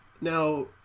Now